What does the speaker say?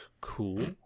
cool